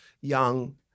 young